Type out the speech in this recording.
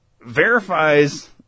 verifies